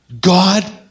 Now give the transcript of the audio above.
God